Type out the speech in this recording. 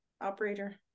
operator